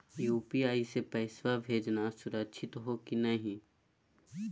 UPI स पैसवा भेजना सुरक्षित हो की नाहीं?